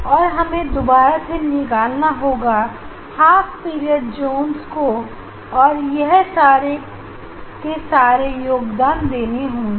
और हमें दोबारा से निकालना होगा हाफ पीरियड जोंस को और यह सारे के सारे योगदान देंगे